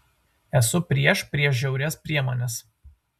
esu prieš prieš žiaurias priemones